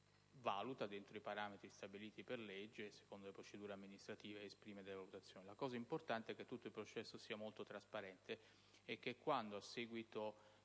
La cosa importante è che tutto il processo sia molto trasparente e che quando, a seguito